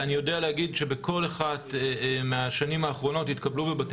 ואני יודע להגיד שבכל אחת מהשנים האחרונות התקבלו בבתי